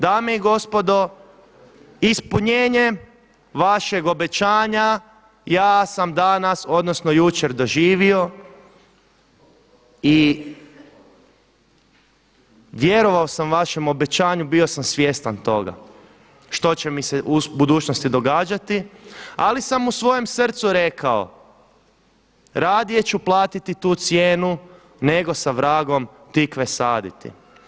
Dame i gospodo ispunjenje vašeg obećanja ja sam danas odnosno jučer doživio i vjerovao sam vašem obećanju, bio sam svjestan toga što će mi se u budućnosti događati ali sam u svojem srcu rekao radije ću platiti tu cijenu nego sa vragom tikve saditi.